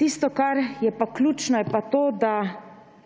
Tisto, kar je pa ključno, je pa to, da